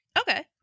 okay